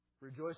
Rejoice